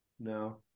no